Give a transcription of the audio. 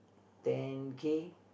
ten K